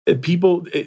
People